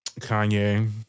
Kanye